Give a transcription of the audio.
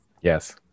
Yes